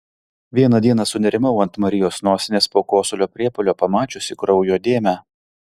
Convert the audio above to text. vieną dieną sunerimau ant marijos nosinės po kosulio priepuolio pamačiusi kraujo dėmę